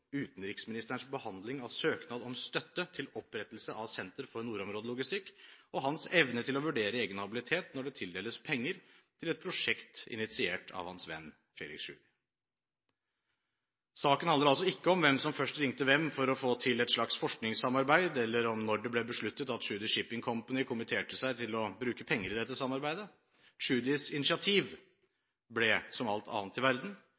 utenriksministerens behandling av søknad om støtte til opprettelse av Senter for nordområdelogistikk og hans evne til å vurdere egen habilitet når det tildeles penger til et prosjekt initiert av hans venn Felix Tschudi. Saken handler altså ikke om hvem som først ringte hvem for å få til et slags forskningssamarbeid, eller om når det ble besluttet at Tschudi Shipping Company kommitterte seg til å bruke penger i dette samarbeidet. Tschudis initiativ ble, som alt annet i verden,